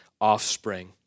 offspring